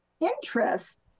interest